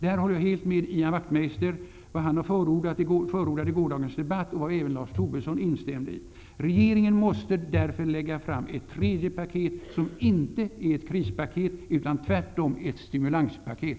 Där håller jag helt med om det som Ian Wachtmeister förordade i gårdagens debatt och som även Lars Tobisson instämde i. Regeringen måste därför lägga fram ett tredje paket som inte är ett krispaket, utan tvärtom ett stimulanspaket.